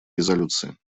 резолюции